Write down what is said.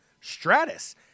Stratus